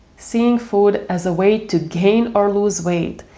seeing food as a way to gain or lose weight,